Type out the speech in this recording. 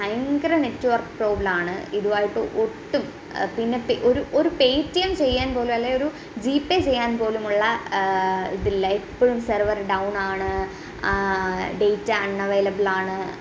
ഭയങ്കര നെറ്റ്വർക്ക് പ്രോബ്ലാണ് ഇതുമായിട്ട് ഒട്ടും പിന്നെ പേ ഒരു പേറ്റിഎം ചെയ്യാൻപോലും അല്ലേ ഒരു ജീപേ ചെയ്യാൻ പോലുമുള്ള ഇതില്ലാ എപ്പോഴും സെർവർ ഡൌണാണ് ഡേറ്റ അൺഅവയിലബിളാണ്